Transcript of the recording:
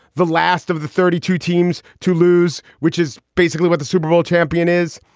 the last of the thirty two teams to lose, which is basically what the super bowl champion is.